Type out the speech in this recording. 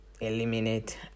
eliminate